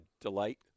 delight